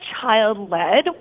child-led